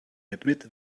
admit